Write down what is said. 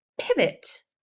pivot